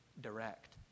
direct